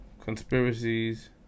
conspiracies